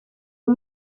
uwo